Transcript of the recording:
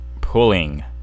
pulling